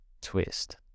twist